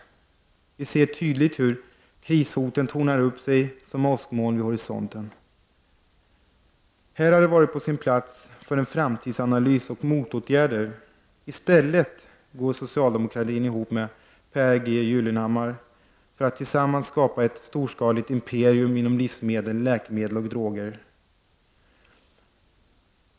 Vi ser tydligt hur krishoten tornar upp sig som åskmoln vid horisonten. I detta sammanhang hade det varit på plats för en framtidsanalys och motåtgärder. I stället går socialdemokratin ihop med Pehr G Gyllenhammar för att tillsammans skapa ett storskaligt imperium med livsmedel, läkemedel och droger.